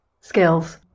Skills